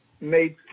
made